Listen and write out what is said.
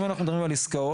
אם אנחנו מדברים על עסקאות.